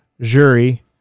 Jury